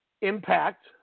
Impact